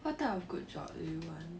what type of good job do you want